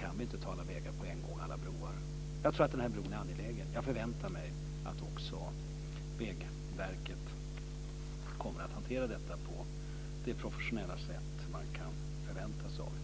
kan vi göra alla vägar och broar på en gång. Jag tror att den här bron är angelägen. Jag förväntar mig också att Vägverket kommer att hantera detta på det professionella sätt man kan förvänta sig av ett vägverk.